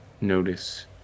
notice